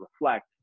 reflect